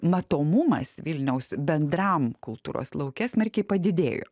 matomumas vilniaus bendram kultūros lauke smarkiai padidėjo